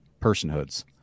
personhoods